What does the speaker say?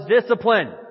discipline